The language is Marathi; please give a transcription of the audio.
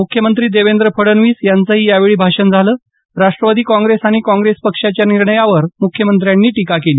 मुख्यमंत्री देवेंद्र फडणवीस यांचंही यावेळी भाषण झालं राष्ट्रवादी काँग्रेस आणि काँग्रेस पक्षाच्या निर्णयावर मुख्यमंत्र्यांनी टीका केली